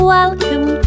Welcome